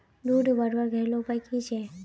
दूध बढ़वार घरेलू उपाय की छे?